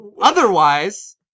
Otherwise